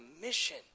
mission